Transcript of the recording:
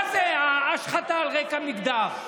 מה זה ההשחתה על רקע מגדר?